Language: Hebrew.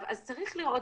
אז צריך לראות,